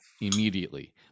immediately